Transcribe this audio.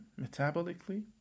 metabolically